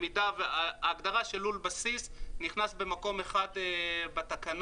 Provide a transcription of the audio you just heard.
ההגדרה של לול בסיס נכנס במקום אחד בתקנות